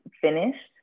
finished